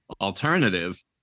alternative